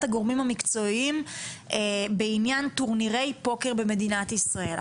הגורמים המקצועיים בעניין טורנירי פוקר במדינת ישראל.